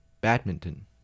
Badminton